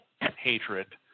hatred